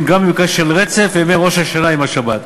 גם במקרה של רצף בימי ראש השנה עם השבת.